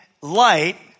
light